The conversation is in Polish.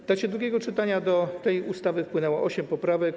W czasie drugiego czytania do tej ustawy wpłynęło osiem poprawek.